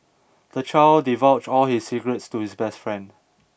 the child divulged all his secrets to his best friend